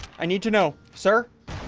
i need to know sir?